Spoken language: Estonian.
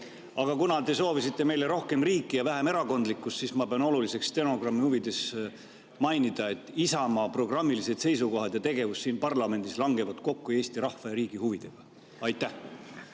Aga kuna te soovisite meile rohkem riiki ja vähem erakondlikkust, siis ma pean oluliseks stenogrammi huvides mainida, et Isamaa programmilised seisukohad ja tegevus siin parlamendis langevad kokku Eesti rahva ja riigi huvidega. Austatud